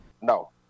No